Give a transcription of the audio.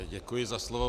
Děkuji za slovo.